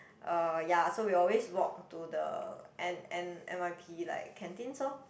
um ya so we always walk to the N N n_y_p like canteens lor